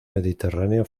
mediterráneo